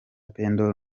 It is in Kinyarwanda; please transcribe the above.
pendo